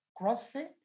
CrossFit